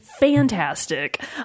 fantastic